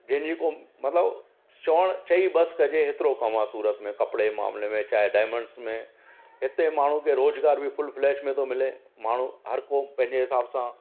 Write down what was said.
जंहिंजी को मतिलबु शौण चई बसि कजे हेतिरो कमु आहे सूरत में कपिड़े जे मामले में चाहे डायमंड्स में हिते माण्हू बेरोज़गारु बि फुल फ्लैश में थो मिले माण्हू हर को पंहिंजे हिसाब सां